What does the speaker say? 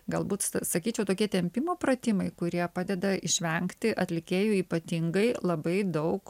galbūt sakyčiau tokie tempimo pratimai kurie padeda išvengti atlikėjui ypatingai labai daug